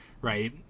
right